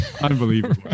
unbelievable